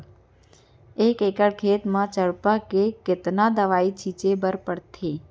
एक एकड़ खेत म चरपा के कतना दवई छिंचे बर पड़थे?